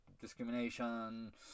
discrimination